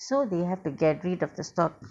so they have to get rid of the stock